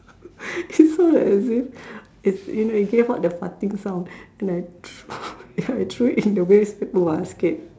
that's why as if it you know it gave out the farting sound and I threw ya I threw it in the waste paper basket